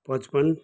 पच्पन्न